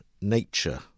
nature